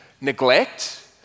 neglect